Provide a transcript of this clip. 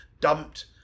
dumped